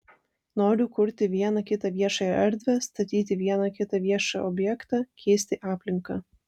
noriu kurti vieną kitą viešąją erdvę statyti vieną kitą viešą objektą keisti aplinką